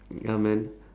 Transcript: ya man